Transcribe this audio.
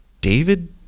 David